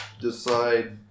decide